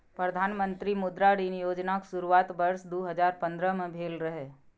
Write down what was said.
प्रधानमंत्री मुद्रा ऋण योजनाक शुरुआत वर्ष दू हजार पंद्रह में भेल रहै